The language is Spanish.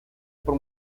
por